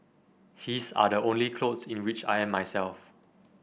his are the only clothes in which I am myself